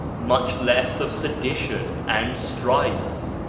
much less of sedition and strife.